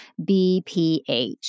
BPH